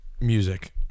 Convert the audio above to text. music